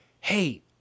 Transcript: hey